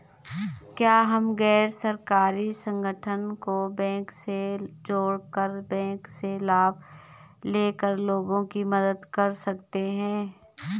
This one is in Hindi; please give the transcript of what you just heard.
क्या हम गैर सरकारी संगठन को बैंक से जोड़ कर बैंक से लाभ ले कर लोगों की मदद कर सकते हैं?